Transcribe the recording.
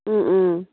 ꯎꯝ ꯎꯝ